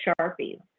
Sharpies